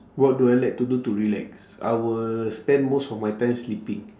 what do I like to do to relax I will spend most of my time sleeping